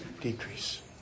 Decrease